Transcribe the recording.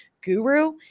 guru